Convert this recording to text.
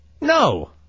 No